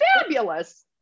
fabulous